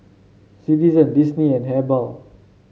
Citizen Disney and Habhal